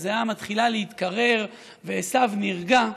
הזיעה מתחילה להתקרר ועשיו נרגע,